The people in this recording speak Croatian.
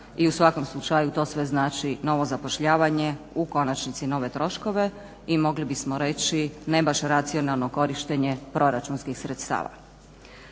i u svakom slučaju to sve znači novo zapošljavanje, u konačnicii nove troškove i mogli bismo reći ne baš racionalno korištenje proračunskih sredstava.